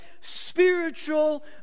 spiritual